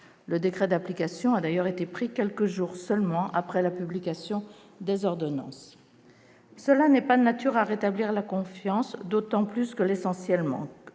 Le décret d'application a d'ailleurs été pris quelques jours seulement après la publication des ordonnances. Cela n'est pas de nature à rétablir la confiance, d'autant que l'essentiel manque.